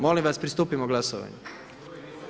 Molim vas pristupimo glasanju.